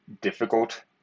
difficult